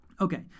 okay